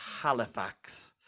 Halifax